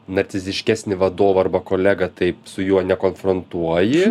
narciziškesnį vadovą arba kolegą taip su juo nekonfrontuoji